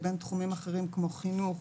לבין תחומים אחרים כמו חינוך,